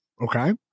okay